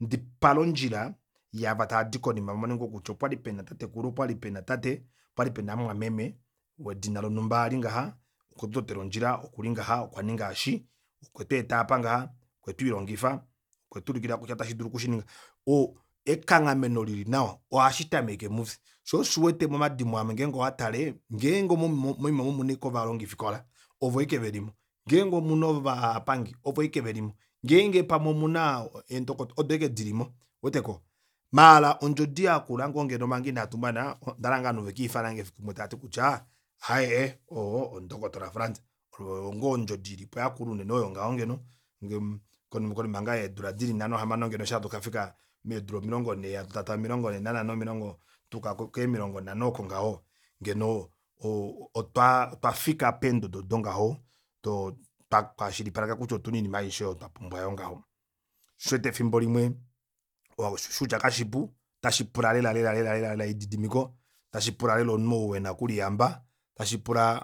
ndipale ondjila yaava taaadi konima vamone ngoo kutya opali pena tatekulu opali pena tate opali pena mumwameme wedina lonumba ali ngaha okwe tutotela ondjila okuli ngaha okwaninga eeshi okwetweeta apa ngaha okwetwiilongifa okwetuulikila kutya ota shidulu okushininga oo ekanghameno lili nawa ohashi tameke mushe shoo osho uwete momadimo amwe ngeenge owatale ngeenge moima aamo omuna ashike ovalongifikola ovo aike velimo ngeenge omuna ovapangi ovo aike velimo ngeenge pamwe omuna eendokotola odo aike dilimo ouweteko maala ondjodi yakula ngoo ngeno inatumana ondahala ngoo ovanhu vekifanange ngoo fikulimwe taati kutya aye oo omu dr france oyo ngoo ondjodi ilipo yakula unene ngeno konima ngoo yeedula dili nhano hamano ngeno eshi hatu kafika meedula omilongo nhee hatu taataya omilongo nhee na nhano omilongo tuuka keemilongo nhano oko ngaho ngono oo otwafika keendodo odo ngaho twakwashilipaleka kutya otuna oinima aishe oyo twapumbwa oyo ngaho shoo osho uwete efimbo limwe ushi kutya kashipu otashipula lela lela elididimiko otashipula lela omunhu ou ena okuliyamba otashipula